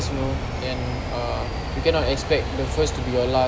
you know and uh you cannot expect the first to be your last